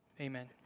Amen